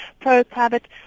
pro-private